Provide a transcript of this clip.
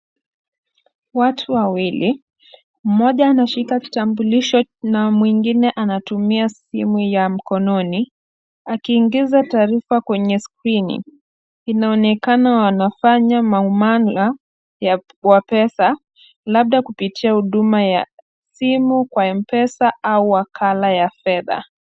Watu wawili, mmoja anashika kitambulisho na mwingine anatumia simu ya mkononi akiingiza taarifa kwenye skrini, inaonekana wanafanya maumana kwa pesa, labda kupitia huduma ya simu kwa Mpesa au wakala ya fedha.